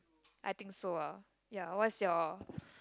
I think so lah ya what's your